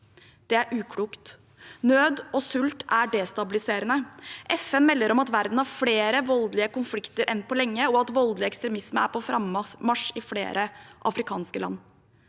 Det er uklokt. Nød og sult er destabiliserende. FN melder om at verden har flere voldelige konflikter enn på lenge, og at voldelig ekstremisme er på frammarsj i flere afrikanske land.